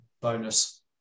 bonus